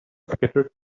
scattered